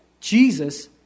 Jesus